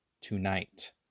tonight